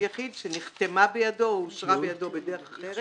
יחיד שנחתמה בידו או אושרה בידו בדרך אחרת,